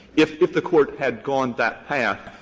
if if the court had gone that path,